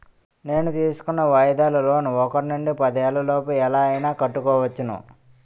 నేను తీసుకున్న వాయిదాల లోన్ ఒకటి నుండి పదేళ్ళ లోపు ఎలా అయినా కట్టుకోవచ్చును